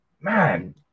Man